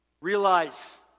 realize